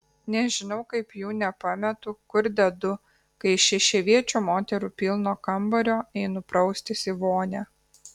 nežinau kaip jų nepametu kur dedu kai iš šešiaviečio moterų pilno kambario einu praustis į vonią